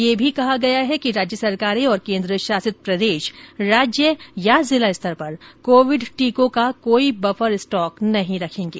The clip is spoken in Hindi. यह भी कहा गया है कि राज्य सरकारें और केन्द्र शासित प्रदेश राज्य या जिला स्तर पर कोविड टीकों का कोई बफर स्टॉक नहीं रखेंगे